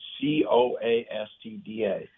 C-O-A-S-T-D-A